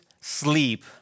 sleep